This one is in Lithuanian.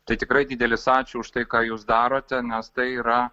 tai tikrai didelis ačiū už tai ką jūs darote nes tai yra